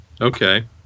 Okay